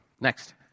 Next